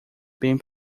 bem